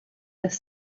das